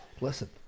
listen